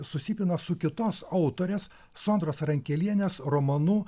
susipina su kitos autorės sondros rankelienės romanu